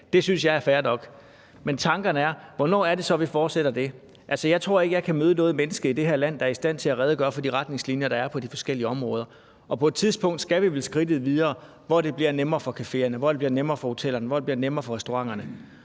Det synes jeg er fair nok. Men hvornår er det så, vi fortsætter det? Altså, jeg tror ikke, at jeg kan møde noget menneske i det her land, der er i stand til at redegøre for de retningslinjer, der er på de forskellige områder, og på et tidspunkt skal vi vel skridtet videre, hvor det bliver nemmere for cafeerne, hvor det bliver nemmere for hotellerne, hvor det bliver nemmere for restauranterne.